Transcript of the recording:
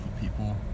people